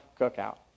cookout